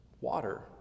Water